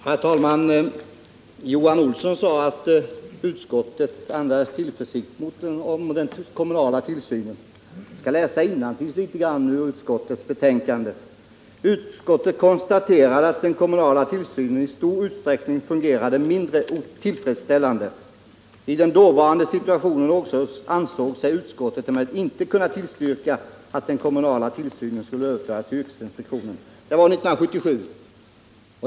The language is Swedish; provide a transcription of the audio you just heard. Herr talman! Johan Olsson sade att utskottet andades tillförsikt beträffande den kommunala tillsynen. Jag skall läsa en bit innantill ur utskottets betänkande. Där står: ”Utskottet konstaterade att den kommunala tillsynen i stor utsträckning fungerade mindre tillfredsställande. I den dåvarande situationen ansåg sig utskottet emellertid inte kunna tillstyrka att den kommunala tillsynen skulle överföras till yrkesinspektionen.” Detta var 1977.